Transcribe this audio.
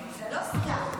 זה לא סתם.